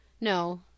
no